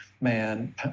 man